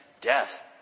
death